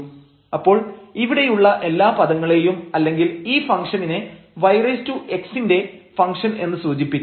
അപ്പോൾ ഇവിടെയുള്ള എല്ലാ പദങ്ങളെയും അല്ലെങ്കിൽ ഈ ഫംഗ്ഷനിനെ yx ന്റെ ഫംഗ്ഷൻഎന്ന് സൂചിപ്പിക്കാം